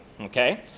okay